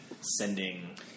sending